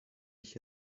ich